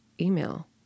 email